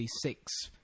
six